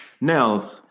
Now